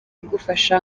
igufasha